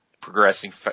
progressing